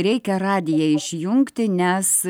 reikia radiją išjungti nes